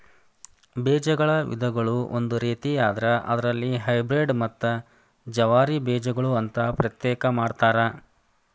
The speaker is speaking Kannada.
ಬೇಜಗಳ ವಿಧಗಳು ಒಂದು ರೇತಿಯಾದ್ರ ಅದರಲ್ಲಿ ಹೈಬ್ರೇಡ್ ಮತ್ತ ಜವಾರಿ ಬೇಜಗಳು ಅಂತಾ ಪ್ರತ್ಯೇಕ ಮಾಡತಾರ